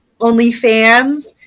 OnlyFans